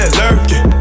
lurking